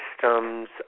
systems